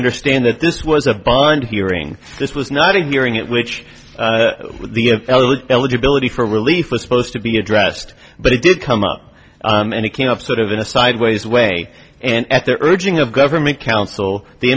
understand that this was a bond hearing this was not a hearing at which the eligibility for relief was supposed to be addressed but it did come up and it came up sort of in a sideways way and at the urging of government counsel the